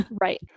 Right